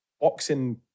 boxing